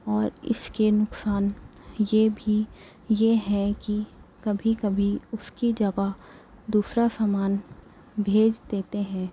اور اِس کے نقصان یہ بھی یہ ہیں کہ کبھی کبھی اُس کی جگہ دوسرا سامان بھیج دیتے ہیں